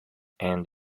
and